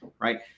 Right